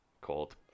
cold